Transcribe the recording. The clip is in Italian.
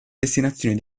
destinazione